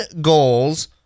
goals